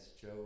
Joe